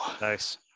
Nice